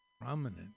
prominent